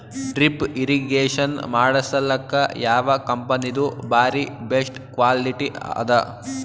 Drip irrigation ಮಾಡಸಲಕ್ಕ ಯಾವ ಕಂಪನಿದು ಬಾರಿ ಬೆಸ್ಟ್ ಕ್ವಾಲಿಟಿ ಅದ?